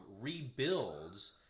rebuilds